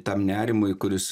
tam nerimui kuris